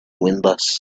windows